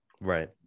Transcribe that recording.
right